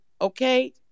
Okay